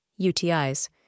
UTIs